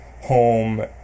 home